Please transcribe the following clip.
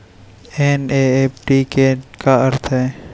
NEFT के का अर्थ है?